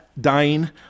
dying